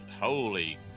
holy